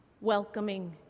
welcoming